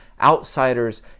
outsiders